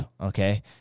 Okay